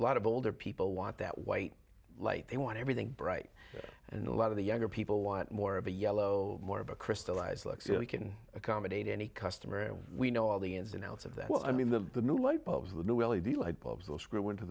lot of older people want that white light they want everything bright and a lot of the younger people want more of a yellow more of a crystallised looks really can accommodate any customary we know all the ins and outs of that well i mean the new light bulbs the new